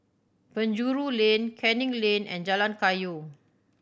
Penjuru Lane Canning Lane and Jalan Kayu